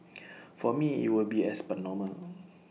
for me IT will be as per normal